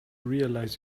realize